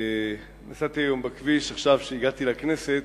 נסעתי בכביש עכשיו, כשהגעתי לכנסת,